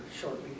shortly